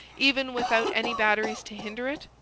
even without any batteries to hinder it?